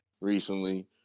recently